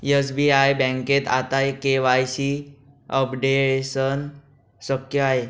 SBI बँकेत आता KYC updation शक्य आहे